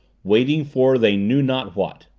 waiting for they knew not what.